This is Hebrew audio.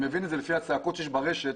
אני מבין את זה לפי הצעקות שיש ברשת.